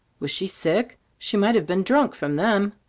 was she sick? she might have been drunk, from them.